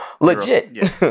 Legit